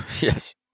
Yes